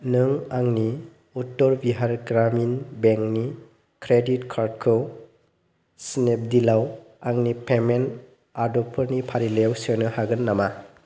नों आंनि उत्तर बिहार ग्रामिन बेंकनि क्रेडिट कार्डखौ स्नेपडिलाव आंनि पेमेन्ट आदबफोरनि फारिलाइयाव सोनो हागोन नामा